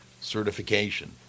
certification